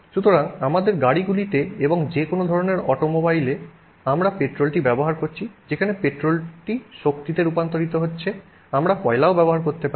সুতরাং আমাদের গাড়িগুলিতে এবং যে কোনও ধরণের অটোমোবাইলে আমরা পেট্রোলটি ব্যবহার করছি যেখানে পেট্রোলটি শক্তিতে রূপান্তরিত হচ্ছে আমরা কয়লাও ব্যবহার করতে পারি